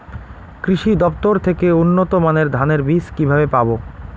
কৃষি দফতর থেকে উন্নত মানের ধানের বীজ কিভাবে পাব?